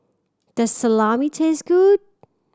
does Salami taste good